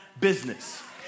business